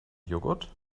joghurt